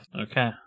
Okay